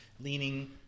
leaning –